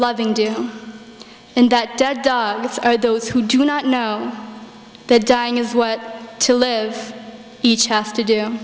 loving do and that dead dogs are those who do not know their dying is what to live each us to do